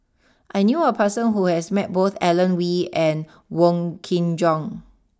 I knew a person who has met both Alan Oei and Wong Kin Jong